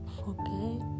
forget